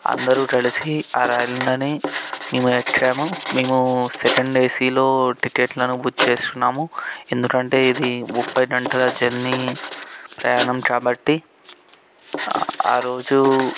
అందరూ కలిసి ఆ రైలునని మేము ఎక్కాము మేము సెకండ్ ఏసీలో టికెట్లను బుక్ చేసుకున్నాము ఎందుకంటే ఇది ముప్పై గంటల జర్నీ ప్రయాణం కాబట్టి ఆ రోజు